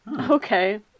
Okay